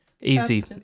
Easy